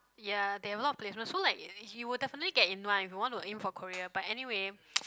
ya they have a lot of placement so like er you will definitely get in one if you want to aim for Korea but anyway